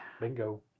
bingo